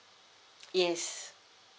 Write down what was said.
yes